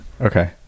Okay